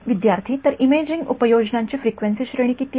विद्यार्थी तर इमेजिंग उपयोजनांची फ्रिक्वेन्सी श्रेणी किती आहे